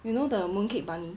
you know the mooncake bunny